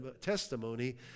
testimony